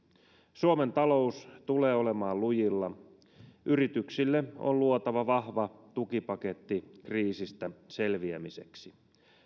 suomen talous tulee olemaan lujilla yrityksille on luotava vahva tukipaketti kriisistä selviämiseksi